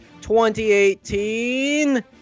2018